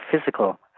physical